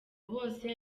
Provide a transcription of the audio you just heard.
bose